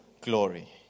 glory